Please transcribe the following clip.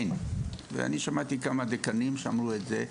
אני שמעתי קמה דיקנים שאמרו את זה,